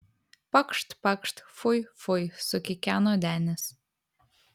pakšt pakšt fui fui sukikeno denis